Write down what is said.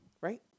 right